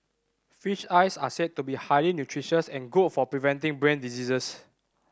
fish eyes are said to be highly nutritious and good for preventing brain diseases